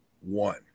One